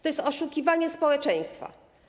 To jest oszukiwanie społeczeństwa.